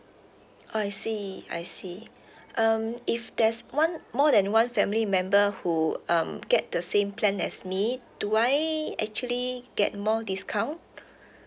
oh I see I see um if there's one more than one family member who um get the same plan as me do I actually get more discount